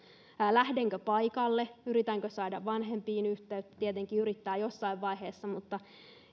lähteekö paikalle yrittääkö saada vanhempiin yhteyttä tietenkin yrittää jossain vaiheessa mutta